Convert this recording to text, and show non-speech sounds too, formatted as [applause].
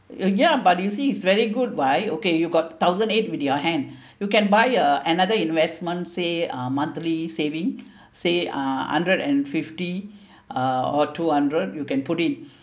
ya ya but you see is very good why okay you got thousand eight with your hand [breath] you can buy uh another investment say uh monthly saving say uh hundred and fifty or two hundred you can put in [breath]